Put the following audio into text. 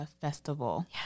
festival